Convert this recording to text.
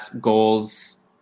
goals